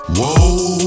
Whoa